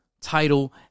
title